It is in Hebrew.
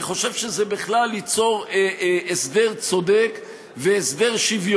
אני חושב שזה בכלל ייצור הסדר צודק ושוויוני.